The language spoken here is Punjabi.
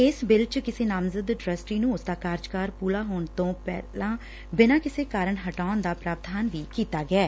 ਇਸ ਬਿੱਲ ਚ ਕਿਸੇ ਨਾਮਜ਼ਦ ਟਰੱਸਟੀ ਨੂੰ ਉਸਦਾ ਕਾਰਜਕਾਲ ਪੂਰਾ ਹੋਣ ਤੋਂ ਪਹਿਲਾ ਬਿਨਾਂ ਕਿਸੇ ਕਾਰਨ ਹਟਾਉਣ ਦਾ ਪ੍ਰਾਵਧਾਨ ਵੀ ਕੀਤਾ ਗਿਐ